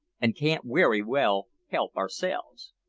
an' can't werry well help ourselves.